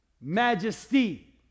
majesty